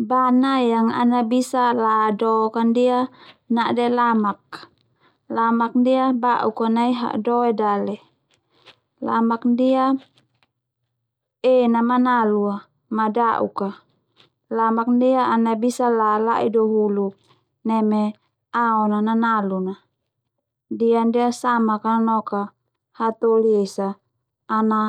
Bana yang ana bisa la dok a ndia nade lamak, lamak ndia bauk a nai ha'doe dale Lamak ndia en a manalu ma da'uk a lamak ndia ana bisa la la'i dua hulu neme aon na nanalun a ndia ndia samak a nanok a hatoli esa ana